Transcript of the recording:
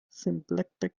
symplectic